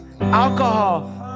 alcohol